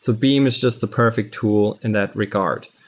so beam is just the perfect tool in that regard.